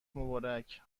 مبارک